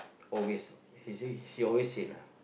always he say she always said lah